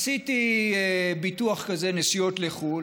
עשיתי ביטוח כזה, נסיעות לחו"ל.